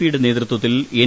P യുടെ നേതൃത്വത്തിൽ N